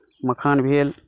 मखान भेल